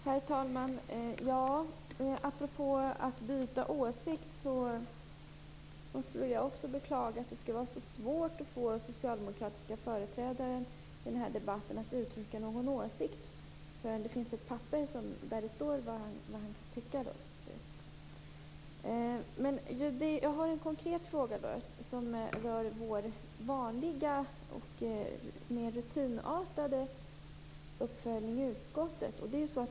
Herr talman! Apropå detta att byta åsikt måste jag också beklaga att det är så svårt att få socialdemokratiska företrädare i debatten att uttrycka någon åsikt förrän det finns ett papper där det står vad de skall tycka. Jag har en konkret fråga som rör vår vanliga och mer rutinartade uppföljning i utskottet.